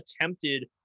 attempted